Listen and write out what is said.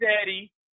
daddy